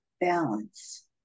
balance